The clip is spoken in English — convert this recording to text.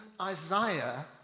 Isaiah